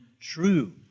true